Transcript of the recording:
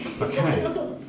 Okay